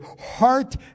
heart